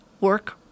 work